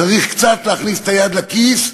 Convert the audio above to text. צריך קצת להכניס את היד לכיס,